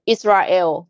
Israel